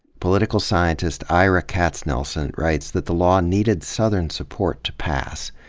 political scientist ira katznelson writes that the law needed southern support to pass,